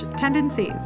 tendencies